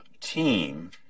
team